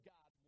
God